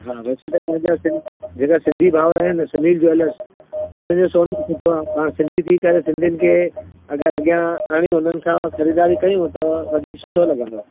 हा वैसे त पंहिंजा सिं जेका सिंधी भाउर आहिनि उहे सुनिल ज्वेलर्स उनजो सोन बि सुठो आहे पाण सिंधी थी करे सिंधियुनि खे अगरि अॻियां आणियूं उन्हनि खां ख़रीदारी कयूं त वधीक सुठो लॻंदो